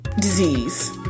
Disease